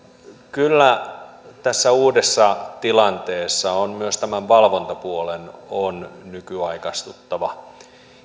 kyllä tässä uudessa tilanteessa myös tämän valvontapuolen on nykyaikaistuttava